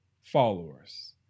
followers